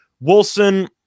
Wilson